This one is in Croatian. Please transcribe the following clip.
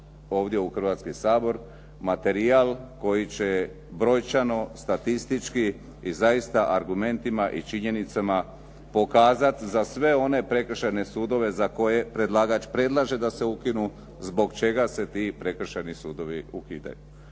ovdje u Hrvatski sabor materijal koji će brojčano, statistički i zaista argumentima i činjenicama pokazati za sve one prekršajne sudove za koje predlagač predlaže da se ukinu zbog čega se ti prekršajni sudovi ukidaju.